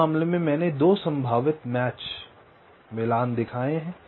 इस मामले में मैंने 2 संभावित मैच दिखाए हैं